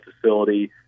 facility